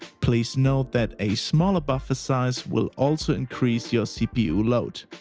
please note that a smaller buffer size will also increase your cpu load.